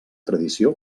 tradició